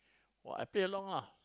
!wah! I play along ah